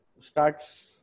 starts